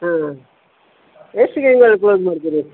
ಹಾಂ ಎಷ್ಟು ದಿನದಲ್ಲಿ ಕ್ಲೋಸ್ ಮಾಡ್ತೀರಿ